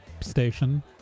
station